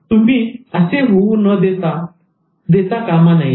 तुम्ही असे होऊ देता कामा नये